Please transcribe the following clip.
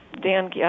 Dan